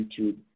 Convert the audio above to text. YouTube